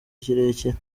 kirekire